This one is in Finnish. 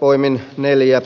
poimin neljä